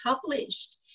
published